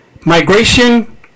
migration